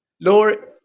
Lord